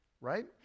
right